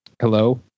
Hello